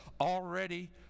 already